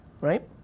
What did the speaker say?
Right